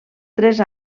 tres